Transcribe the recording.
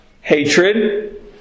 hatred